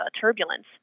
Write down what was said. turbulence